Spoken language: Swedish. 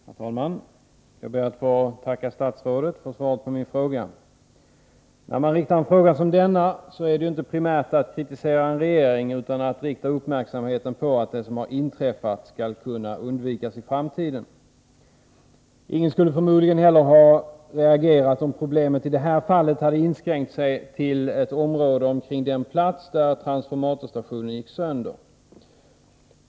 Herr talman! Jag ber att få tacka statsrådet för svaret på min fråga. När man ställer en fråga som denna, är det inte primärt för att kritisera regeringen utan för att rikta uppmärksamheten på det inträffade för att undvika att det inträffar i framtiden. Ingen skulle förmodligen heller ha reagerat, om problemet i det här fallet hade inskränkt sig till ett område omkring den transformatorstation som gick sönder.